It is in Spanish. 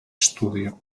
estudio